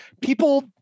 people